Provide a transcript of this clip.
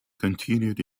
continued